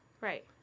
Right